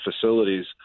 facilities